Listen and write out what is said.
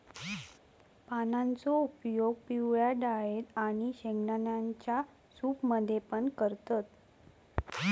पानांचो उपयोग पिवळ्या डाळेत आणि शेंगदाण्यांच्या सूप मध्ये पण करतत